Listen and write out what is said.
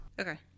Okay